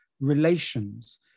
relations